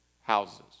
houses